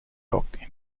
dock